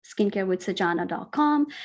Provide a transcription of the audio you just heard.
skincarewithsajana.com